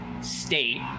state